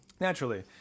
naturally